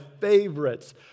favorites